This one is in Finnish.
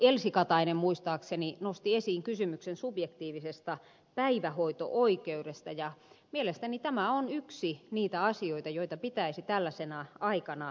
elsi katainen muistaakseni nosti esiin kysymyksen subjektiivisesta päivähoito oikeudesta ja mielestäni tämä on yksi niitä asioita joita pitäisi tällaisena aikana pohtia